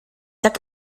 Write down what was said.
tak